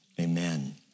Amen